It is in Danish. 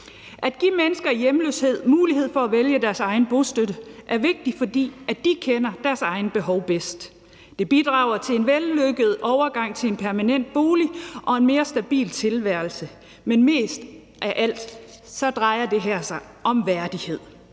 At give mennesker i hjemløshed mulighed for at vælge deres egen bostøtte er vigtigt, fordi de kender deres egne behov bedst. Det bidrager til en vellykket overgang til en permanent bolig og en mere stabil tilværelse. Men mest af alt drejer det her sig om værdighed.